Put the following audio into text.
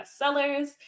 bestsellers